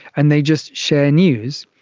and they just share news.